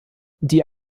die